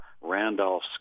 Randolph